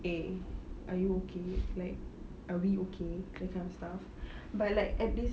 eh are you okay like are we okay that kind of stuff but like at this